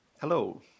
Hello